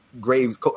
Graves